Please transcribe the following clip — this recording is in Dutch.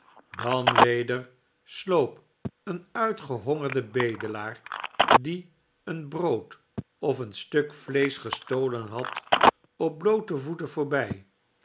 dan weder sloop een uitgehongerde bedelaar die een brood of een stuk vleesch gestolen had op bloote voeten voorbij